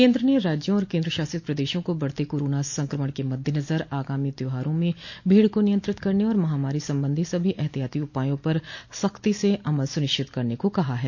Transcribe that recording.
केन्द्र ने राज्यों और केन्द्रशासित प्रदेशों को बढते कोरोना संक्रमण के मद्देनजर आगामी त्यौहारों में भीड को नियंत्रित करने और महामारी संबंधी सभी एहतियाती उपायों पर सख्ती से अमल सूनिश्चित करने को कहा है